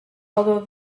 although